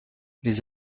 les